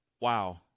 Wow